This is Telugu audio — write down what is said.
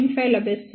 5 లభిస్తుంది